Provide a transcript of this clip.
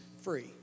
free